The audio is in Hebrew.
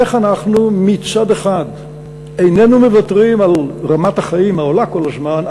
איך אנחנו מצד אחד איננו מוותרים על רמת החיים העולה כל הזמן,